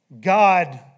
God